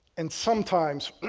and sometimes,